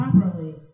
properly